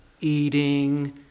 eating